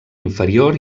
inferior